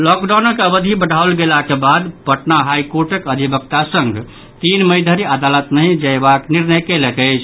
लॉकडाउनक अवधि बढ़ाओल गेलाक बाद पटना हाईकोर्टक अधिवक्ता संघ तीन मई धरि अदालत नहि जयबाक निर्णय कयलक अछि